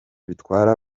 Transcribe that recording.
bitwara